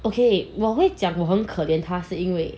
okay 我会讲我很可怜他是因为